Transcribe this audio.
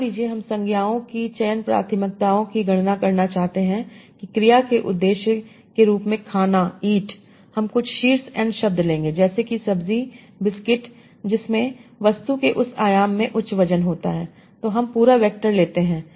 मान लीजिए हम संज्ञाओं की चयन प्राथमिकताओं की गणना करना चाहते हैं क्रिया के एक उद्देश्य के रूप में खाना हम कुछ शीर्ष n शब्द ले लेंगे जैसे कि सब्जी बिस्किट जिसमें वस्तु के इस आयाम में उच्च वजन होता है तो हम पूरा वैक्टर लेते हैं